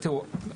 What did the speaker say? תראו,